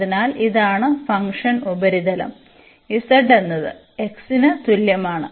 അതിനാൽ ഇതാണ് ഫങ്ഷൻ ഉപരിതലം z എന്നത് x ന് തുല്യമാണ്